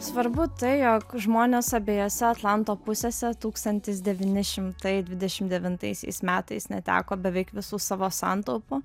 svarbu tai jog žmonės abiejose atlanto pusėse tūkstantis devyni šimtai dvidešim devintaisiais metais neteko beveik visų savo santaupų